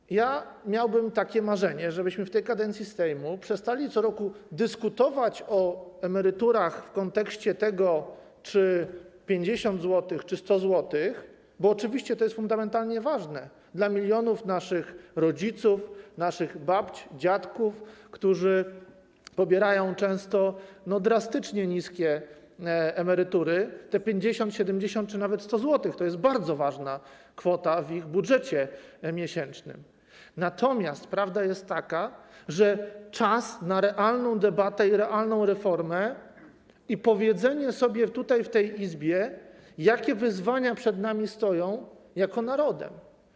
I ja miałbym takie marzenie, żebyśmy w tej kadencji Sejmu przestali co roku dyskutować o emeryturach w kontekście tego, czy 50 zł, czy 100 zł, bo oczywiście to jest fundamentalnie ważne dla milionów naszych rodziców, naszych babć, dziadków, którzy pobierają często drastycznie niskie emerytury - te 50 zł, 70 zł czy zwłaszcza 100 zł to jest bardzo ważna kwota w ich budżecie miesięcznym, natomiast prawda jest taka, że czas na realną debatę, realną reformę i powiedzenie sobie tutaj, w tej Izbie, jakie wyzwania przed nami stoją jako narodem.